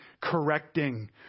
correcting